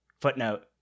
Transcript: footnote